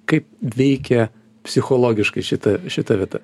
kaip veikia psichologiškai šita šita vieta